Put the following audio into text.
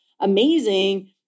amazing